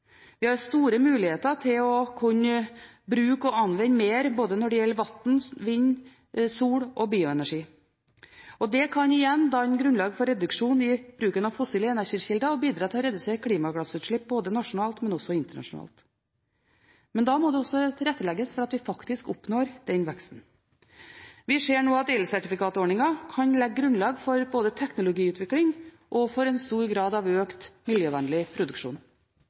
Vi har store muligheter til å kunne bygge ut og anvende mer når det gjelder både vann, vind, sol og bioenergi. Det kan igjen danne grunnlag for reduksjon i bruken av fossile energikilder og bidra til å redusere klimagassutslipp ikke bare nasjonalt, men også internasjonalt. Men da må det også tilrettelegges for at vi faktisk oppnår den veksten. Vi ser nå at elsertifikatordningen kan legge grunnlag både for teknologiutvikling og for en stor grad av økt miljøvennlig produksjon.